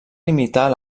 limitar